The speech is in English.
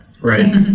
Right